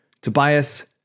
Tobias